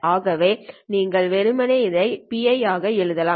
ஆகவே நீங்கள் வெறுமனே இதை ஆகக் எழுதுங்கள்